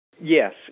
Yes